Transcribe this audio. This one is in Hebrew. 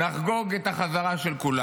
נחגוג את החזרה של כולם.